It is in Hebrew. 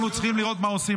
אנחנו צריכים לראות מה עושים.